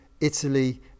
Italy